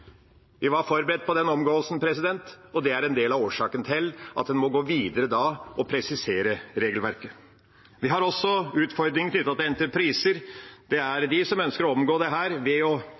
en del av årsaken til at en da må gå videre og presisere regelverket. Vi har også utfordringer knyttet til entrepriser. Det er de som ønsker å omgå dette ved å